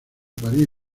parís